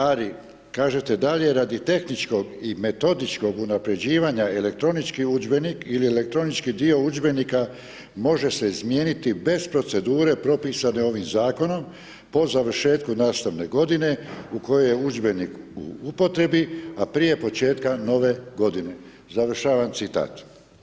Ali, kažete dalje, „radi tehničkog i metodičkog unaprjeđivanja elektronički udžbenik ili elektronički dio udžbenika može se izmijeniti bez procedure propisane ovim zakonom, po završetku nastavne godine u kojoj je udžbenik u upotrebi, a prije početka nove godine“, završavam citat.